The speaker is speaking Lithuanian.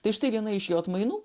tai štai viena iš jo atmainų